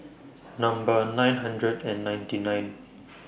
Number nine hundred and ninety nine